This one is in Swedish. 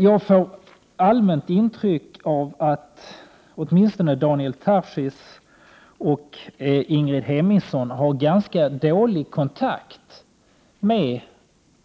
Jag får ett allmänt intryck av att åtminstone Daniel Tarschys och Ingrid Hemmingsson har ganska dålig kontakt med